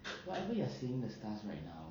whatever you are seeing the stars right now